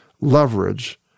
leverage